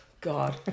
god